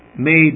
made